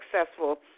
successful